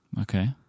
Okay